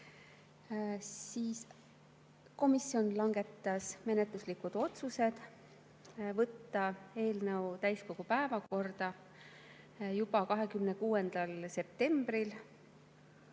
Komisjon langetas menetluslikud otsused: võtta eelnõu täiskogu päevakorda juba 26. septembril,